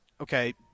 Okay